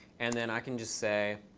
and then i can just say